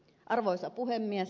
arvoisa puhemies